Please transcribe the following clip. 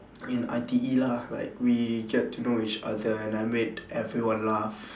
in I_T_E lah like we get to know each other and I made everyone laugh